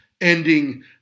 ending